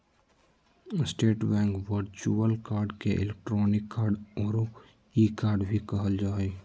state Bank virtual card के electronic card औरो e card भी कहल जा हइ